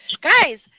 guys